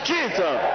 Jesus